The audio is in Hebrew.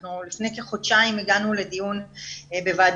אנחנו לפני כחודשיים הגענו לדיון בוועדת